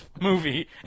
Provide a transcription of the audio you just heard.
movie